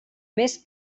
més